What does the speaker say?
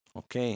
ok